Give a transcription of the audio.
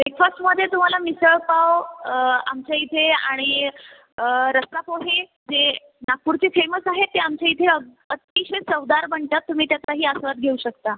ब्रेकफास्टमध्ये तुम्हाला मिसळ पाव आमच्या इथे आणि रस्सा पोहे हे नागपूरची फेमस आहे ते आमच्या इथे अग अतिशय चवदार बनतात तुम्ही त्याचाही आस्वाद घेऊ शकता